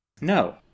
no